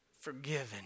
Forgiven